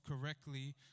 correctly